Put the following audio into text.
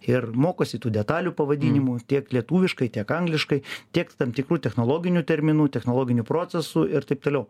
ir mokosi tų detalių pavadinimų tiek lietuviškai tiek angliškai tiek tam tikrų technologinių terminų technologinių procesų ir taip toliau